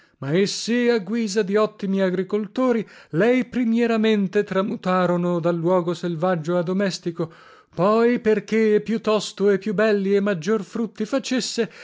ma essi a guisa di ottimi agricoltori lei primieramente tramutarono da luogo selvaggio a domestico poi perché e più tosto e più belli e maggior frutti facesse